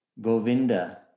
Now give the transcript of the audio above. Govinda